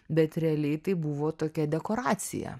bet realiai tai buvo tokia dekoracija